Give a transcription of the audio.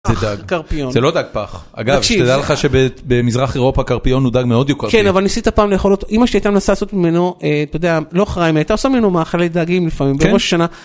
זה דג, קרפיון. זה לא דג פח. אגב, שתדע לך שבמזרח אירופה קרפיון הוא דג מאוד יוקרתי. כן, אבל ניסית פעם לאכול אותו, אמא שלי הייתה נסעה לעשות ממנו, אתה יודע, לא חריימה, היתה עושה ממנו מאכלי דגים לפעמים, בראש השנה.